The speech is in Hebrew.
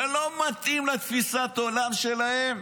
שלא מתאים לתפיסת העולם שלהם,